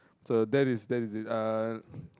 so that is that is it uh